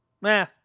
Meh